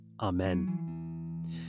amen